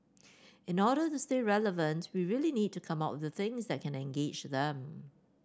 in order to stay relevant we really need to come up with things that can engage them